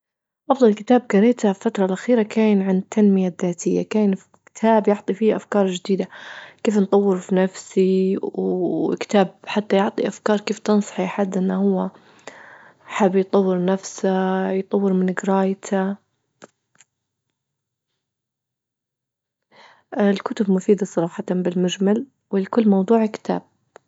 أفضل كتاب قريته في الفترة الاخيرة كان عن التنمية الذاتية، كان كتاب يعطي فيه أفكار جديدة كيف نطور في نفسي وكتاب حتى يعطي أفكار كيف تنصحي حد أن هو حاب يطور نفسه يطور من قرايته الكتب مفيدة صراحة بالمجمل والكل موضوع كتاب.